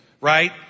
right